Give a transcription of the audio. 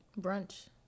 Brunch